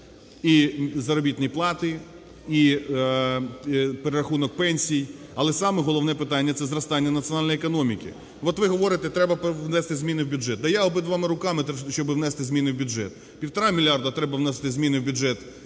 і заробітні плати, і перерахунок пенсій. Але саме головне питання – це зростання національної економіки. От ви говорите, треба внести зміни в бюджет, да я обидвома руками, щоб внести зміни в бюджет. Півтора мільярда треба вносити зміни в бюджет